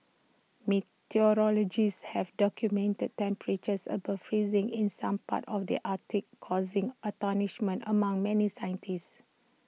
meteorologists have documented temperatures above freezing in some parts of the Arctic causing astonishment among many scientists